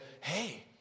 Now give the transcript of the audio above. hey